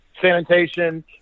sanitation